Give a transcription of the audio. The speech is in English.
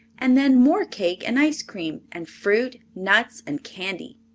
and then more cake and ice-cream, and fruit, nuts, and candy.